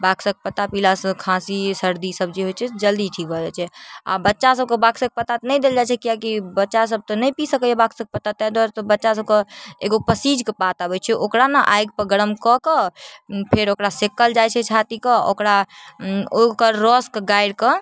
बाक्सक पता पीलासँ खाँसी सर्दी सब जे होइ छै जल्दी ठीक भऽ जाइ छै आओर बच्चा सबके बाक्सक पत्ता तऽ नहि देल जाइ छै किएक कि बच्चा सब तऽ नहि पी सकैये बाक्सक पत्ता तै दुआरे तऽ बच्चा सबके एगो पसीजक पात अबै छै ओकरा ने आगिपर गरम कऽ कऽ फेर ओकरा सेकल जाइ छै छातीके ओकरा ओकर रसके गारिकऽ